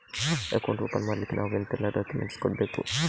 Account open ಮಾಡ್ಲಿಕ್ಕೆ ನಾವು ಎಂತೆಲ್ಲ ಡಾಕ್ಯುಮೆಂಟ್ಸ್ ಕೊಡ್ಬೇಕು?